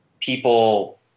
people